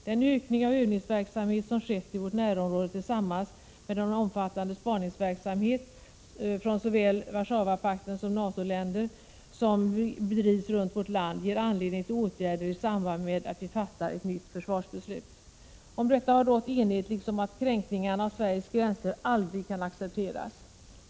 Den ökning av övningsverksamhet som skett i vårt närområde tillsammans med den omfattande spaningsverksamhet från såväl Warszawapaktens länder som NATO-länder som bedrivs runt vårt land ger anledning till åtgärder i samband med att vi fattar ett nytt försvarsbeslut. Om detta har det rått enighet liksom om att kränkningar av Sveriges gränser aldrig kan accepteras.